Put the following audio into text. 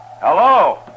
Hello